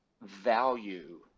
value